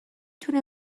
تونه